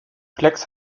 flex